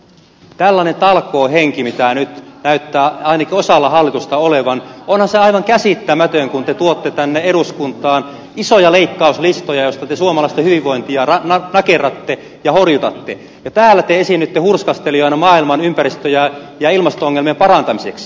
tällainen talkoohenki mikä nyt näyttää ainakin osalla hallitusta olevan on aivan käsittämätön kun te tuotte tänne eduskuntaan isoja leikkauslistoja joilla te suomalaisten hyvinvointia nakerratte ja horjutatte ja täällä te esiinnytte hurskastelijoina maailman ympäristö ja ilmasto ongelmien parantamiseksi